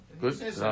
Good